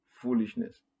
foolishness